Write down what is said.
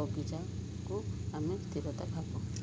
ବଗିଚାକୁ ଆମେ ସ୍ଥିରତା ଭାବ